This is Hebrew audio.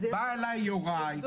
בא אליי יוראי.